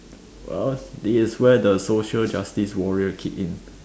well this is where the social justice warrior kick in